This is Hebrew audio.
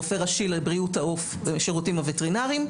רופא ראשי לבריאות העוף בשירותים הווטרינריים,